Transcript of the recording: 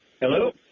Hello